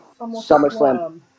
SummerSlam